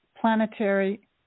planetary